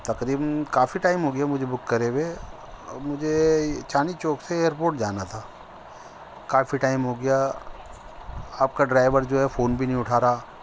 تقریباََ کافی ٹائم ہو گیا مجھے بک کرے ہوئے مجھے چاندنی چوک سے ایئر پوٹ جانا تھا کافی ٹائم ہو گیا آپ کا ڈرائیور جو ہے فون بھی نہیں اٹھا رہا